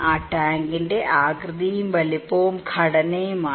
ആ ടാങ്കിന്റെ ആകൃതിയും വലിപ്പവും ഘടനയുമാണ്